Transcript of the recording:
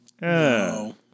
no